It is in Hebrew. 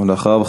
ואחריו,